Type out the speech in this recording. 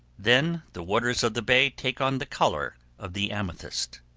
then the waters of the bay take on the color of the amethyst.